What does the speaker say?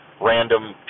random